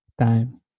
time